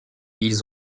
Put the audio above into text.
ils